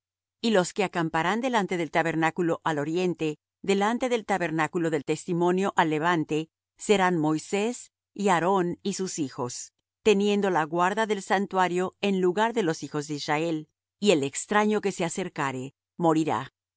y los que acamparán delante del tabernáculo al oriente delante del tabernáculo del testimonio al levante serán moisés y aarón y sus hijos teniendo la guarda del santuario en lugar de los hijos de israel y el extraño que se acercare morirá